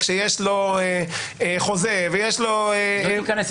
כשיש לו חוזה --- היא לא תיכנס.